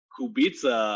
Kubica